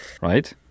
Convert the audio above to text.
right